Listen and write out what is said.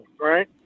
right